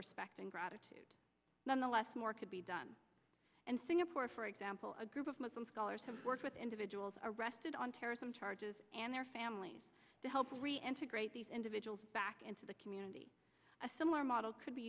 respect and gratitude none the less more could be done and singapore for example a group of muslim scholars have worked with individuals arrested on terrorism charges and their families to help reintegrate these individuals back into the community a similar model could be